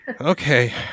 Okay